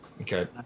Okay